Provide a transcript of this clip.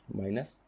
minus